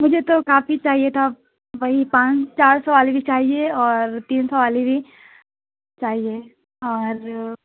مجھے تو کافی چاہیے تھا وہی پانچ چار سو والی بھی چاہیے اور تین سو والی بھی چاہیے اور